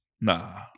Nah